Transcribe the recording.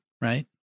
right